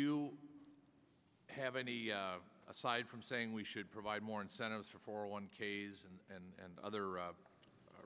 you have any aside from saying we should provide more incentives for one k s and other